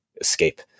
escape